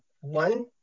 one